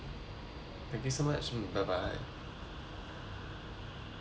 thank you so much mm bye bye